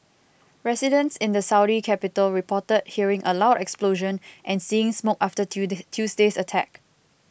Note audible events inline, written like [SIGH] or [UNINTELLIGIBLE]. residents in the Saudi capital reported hearing a loud explosion and seeing smoke after [UNINTELLIGIBLE] Tuesday's attack